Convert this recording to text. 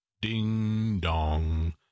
Ding-dong